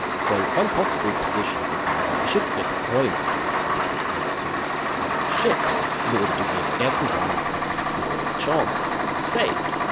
so one possible position would be that we should flip a coin between between those two ships, in order to give everyone an equal chance of being saved.